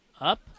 up